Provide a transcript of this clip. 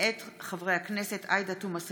מאת חברת הכנסת טלי פלוסקוב,